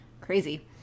crazy